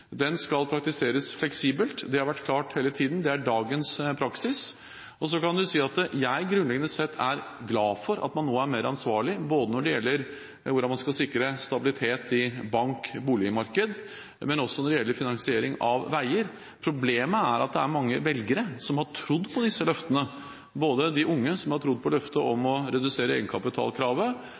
Den skal praktiseres fleksibelt. Det har vært klart hele tiden; det er dagens praksis. Så kan man si at jeg grunnleggende sett er glad for at man nå er mer ansvarlig, både når det gjelder hvordan man skal sikre stabilitet i bank- og boligmarkedet, og også når det gjelder finansiering av veier. Problemet er at det er mange velgere som har trodd på disse løftene, både de unge som har trodd på løftene om å redusere egenkapitalkravet,